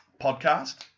podcast